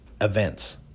events